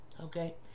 Okay